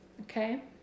okay